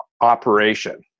operation